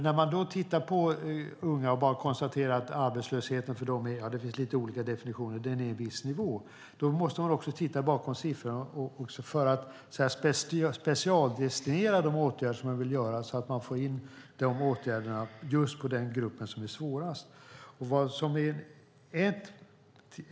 När man tittar på unga och bara konstaterar att arbetslösheten bland dem ligger på en viss nivå - det finns lite olika definitioner - måste man också titta bakom siffrorna för att specialdestinera de åtgärder som man vill vidta så att man får in dem till just den grupp som har det svårast.